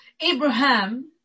Abraham